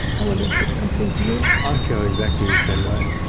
i wonder if it's comforting for you. i feel exactly the same way.